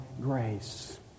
grace